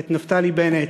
את נפתלי בנט,